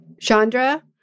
Chandra